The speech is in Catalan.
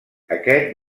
aquest